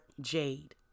Jade